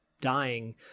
dying